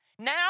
Now